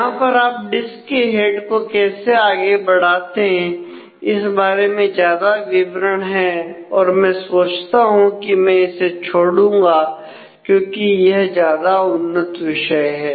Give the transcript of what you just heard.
यहां पर आप डिस्क के हेड को कैसे आगे बढ़ाते हैं इस बारे में ज्यादा विवरण है और मैं सोचता हूं कि मैं इसे छोडूंगा क्योंकि यह ज्यादा उन्नत विषय है